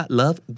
love